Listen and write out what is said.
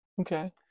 okay